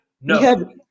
No